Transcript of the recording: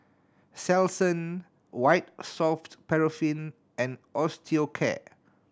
Selsun White Soft Paraffin and Osteocare